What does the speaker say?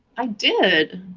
i did.